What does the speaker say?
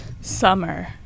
Summer